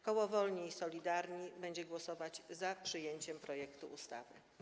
Koło Wolni i Solidarni będzie głosować za przyjęciem projektu ustawy.